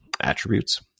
attributes